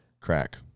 crack